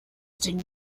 den